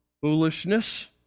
foolishness